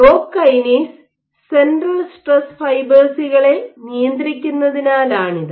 rock kinase central stress ഫൈബേഴ്സുകളെ നിയന്ത്രിക്കുന്നതിനാലാണിത്